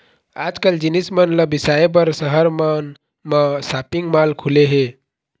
आजकाल जिनिस मन ल बिसाए बर सहर मन म सॉपिंग माल खुले हे